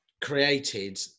created